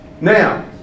Now